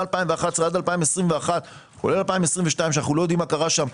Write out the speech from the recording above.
מ-2011 עד 2021 כולל 2022 שאנו לא יודעים מה קרה שם.